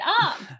up